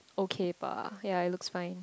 okay bah ya it looks fine